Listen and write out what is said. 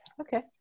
Okay